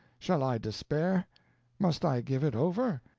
shall i despair must i give it over?